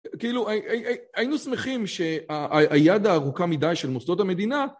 כאילו היינו שמחים שהיד הארוכה מדי של מוסדות המדינה